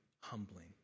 humbling